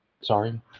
sorry